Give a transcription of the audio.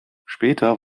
später